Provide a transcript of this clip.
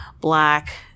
black